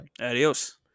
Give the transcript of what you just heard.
adios